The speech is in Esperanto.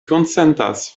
konsentas